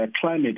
climate